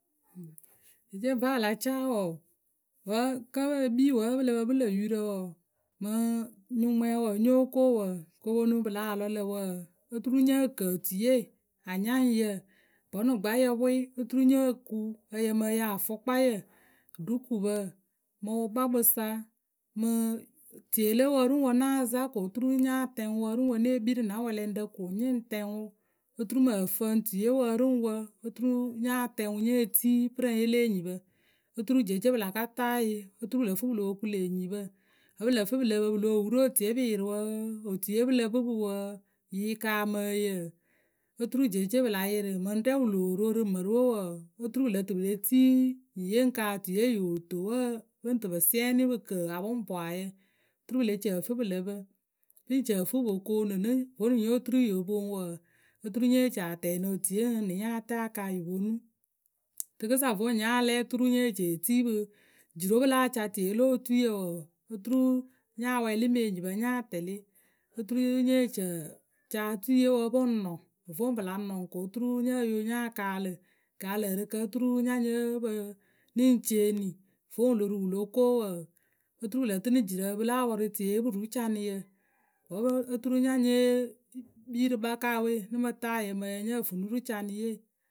Kɨceece vǝ́ a la caa wǝǝ, vǝ́ kǝ́ e kpii wǝ́ pǝ lǝ pǝ pɨ lǝ̈ yurǝ wǝǝ. mǝŋ nyuŋmwɛŋwǝ wǝ́ nyóo ko wǝǝ, ko po nuŋ pǝ lah lɔ wǝǝ, oturu nyǝ kǝ otuiye. Anyaŋyǝ, bɔnʊgbaayǝ pwɩ oturu nyo kuŋ ǝ yǝ mɨ ǝ yǝ, afʊkpayǝ, ɖukupǝ, mɨ wǝkpakpǝ sa mɨ tie lǝ wǝ ri wǝ ŋ náa za ko oturu nya tɛŋ wǝ ri wǝ ne kpii rǝ na wɛlɛŋrǝ ko nyǝ ŋ tɛŋ wǝ oturu mǝŋ ǝfǝŋtuie oturu nya tɛŋ wǝ ri wǝ nye tii pɨrǝŋye le enyipǝ oturu jeece pǝ la ka taa yǝ oturu pǝ lǝ fǝ pǝ lo po ku lë enyipǝ. Vǝ́ pǝ lǝ fǝ pǝ lǝ pǝ pǝ loh wuru otuie pǝ yɩrɩ wǝǝ otuie pǝ lǝ pɨ pɨ wǝǝ, yǝ yǝ kaamǝ ǝyǝ? Oturu jeece pǝ la yɩrɩ mǝŋ rɛ wǝ loo ro rǝ mǝrǝ we wǝǝ oturu pǝ lǝ tɨ pǝ le tii nyiye ŋ kaa otuuie yoo to wǝǝ, pǝ ŋ tɨ pǝ siɛnɩ pǝ kǝ apʊŋpwaayǝ oturu pǝ le ci ǝ fǝ pǝ lǝ pǝ. Pǝ ŋ ci ǝ fǝ pǝ po koonu nɨ. Vonuŋ nyo turu yo poŋ wǝǝ, oturu nye ci a tɛɛnɩ otuie ǝŋ nɨ nya tɛɛ aka yǝ ponu. Rǝkǝsa vonuŋ nya lɛ oturu nyeh ci e tii pǝ jirǝ we pǝ láa ca tieye lo otui wǝǝ, oturu nya wɛɛlɩ mǝ enyipǝ nya tɛlɩ oturu nyeh ci ǝ ca otuiye wǝǝ. Pǝ ŋ noɔŋ. voŋ pǝ la nɔŋ oturu nyo yo nya kaalǝ. Gaalɨǝrɨkǝ oturu nya nyǝ́ǝ pǝ nɨ ŋ ceeni. Vǝ́ wǝ lo ruu wǝ lo ko wǝǝ, oturu pǝ lǝ tɨnɨ jirǝ pǝ láa pɔr:u tieye pǝ ru canɩyǝ. Oturu nya nye kpii rǝ kpaka we nɨ mǝ taa ǝyǝ mɨ ǝyǝ nyǝh fǝ nɨ ru canɩye.